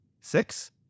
six